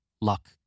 luck